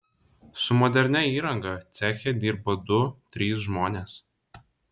su modernia įranga ceche dirba du trys žmonės